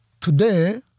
Today